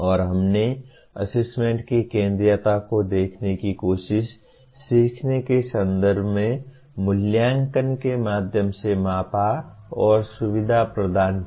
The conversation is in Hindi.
और हमने असेसमेंट की केंद्रीयता को देखने की कोशिश सीखने के संदर्भ में मूल्यांकन के माध्यम से मापा और सुविधा प्रदान किया